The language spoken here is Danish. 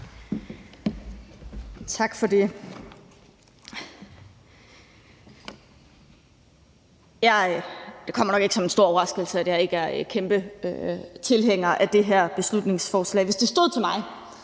Tak for det. Det kommer nok ikke som en stor overraskelse, at jeg ikke er kæmpe tilhænger af det her beslutningsforslag. Hvis det stod til mig,